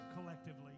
collectively